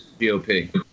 GOP